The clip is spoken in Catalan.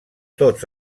tots